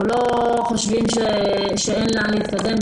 אנחנו לא חושבים שאין לאן להתקדם.